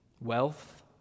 Wealth